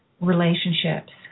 relationships